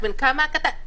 אז בן כמה הקטן שלך?".